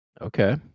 Okay